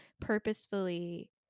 purposefully